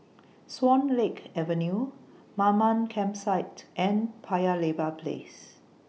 Swan Lake Avenue Mamam Campsite and Paya Lebar Place